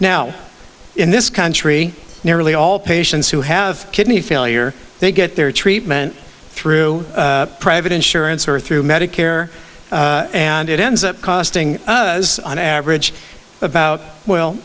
now in this country nearly all patients who have kidney failure they get their treatment through private insurance or through medicare and it ends up costing us on average about well